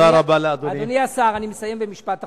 אדוני השר, אני מסיים במשפט אחרון: